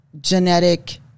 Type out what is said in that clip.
genetic